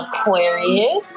Aquarius